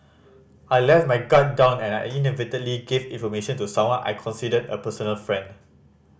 I let my guard down and inadvertently gave information to someone I considered a personal friend